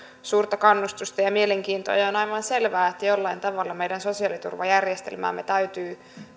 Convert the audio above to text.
suurta kannustusta ja mielenkiintoa on aivan selvää että jollain tavalla meidän sosiaaliturvajärjestelmäämme täytyy